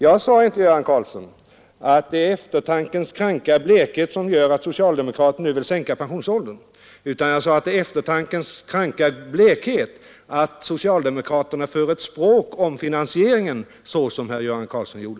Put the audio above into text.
Jag sade inte, herr Karlsson, att det är i eftertankens kranka blekhet som socialdemokraterna nu vill sänka pensionsåldern utan att det är i eftertankens kranka blekhet som socialdemokraterna för det språk om finansieringen som Göran Karlsson förde.